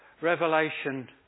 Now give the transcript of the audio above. Revelation